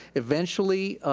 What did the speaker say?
eventually,